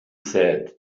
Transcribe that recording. said